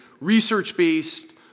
research-based